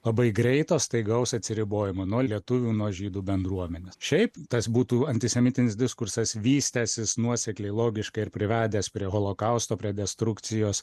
labai greito staigaus atsiribojimo nuo lietuvių nuo žydų bendruomenės šiaip tas būtų antisemitinis diskursas vystęsis nuosekliai logiškai ir privedęs prie holokausto prie destrukcijos